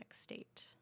state